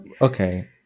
Okay